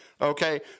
Okay